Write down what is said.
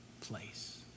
place